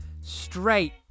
straight